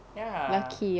ya